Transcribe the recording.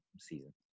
season